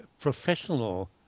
professional